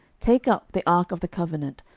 take up the ark of the covenant,